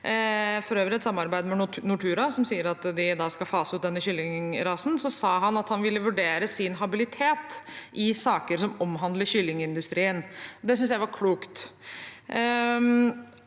for øvrig i et samarbeid med Nortura, som sier at de skal fase ut denne kyllingrasen – ville vurdere sin habilitet i saker som omhandler kyllingindustrien. Det synes jeg var klokt.